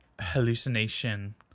hallucination